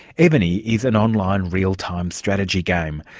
evony is an online real-time strategy game,